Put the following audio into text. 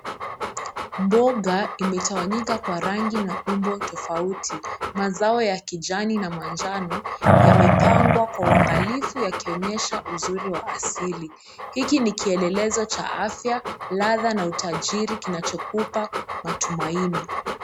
Mboga zime tawanyika kwa umbo na rangi tofauti mazao ya kijani na manjano yame pagwa kwa uangalifu yakionyesha uzuri wa asili hiki ni kielelezo cha afya ladha na utajiri kinacho kupa utajiri.